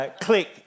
Click